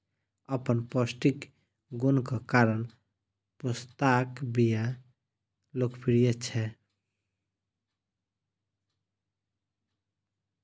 अपन पौष्टिक गुणक कारण पोस्ताक बिया लोकप्रिय छै